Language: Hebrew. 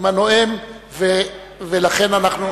ולכן אנחנו,